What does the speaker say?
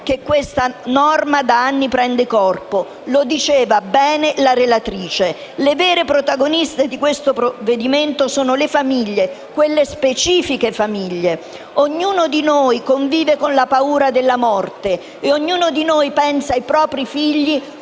che questa norma da anni prende corpo, come ha detto bene la relatrice. Le vere protagoniste di questo provvedimento sono le famiglie, quelle specifiche famiglie. Ognuno di noi convive con la paura della morte, e ciascuno di noi pensa ai propri figli